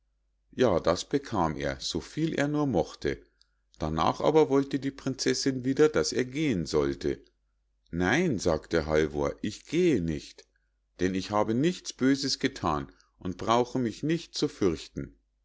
ja das bekam er so viel er nur mochte darnach aber wollte die prinzessinn wieder daß er gehen sollte nein sagte halvor ich gehe nicht denn ich habe nichts böses gethan und brauche mich nicht zu fürchten